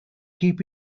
keep